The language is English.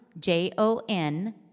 J-O-N